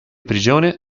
prigione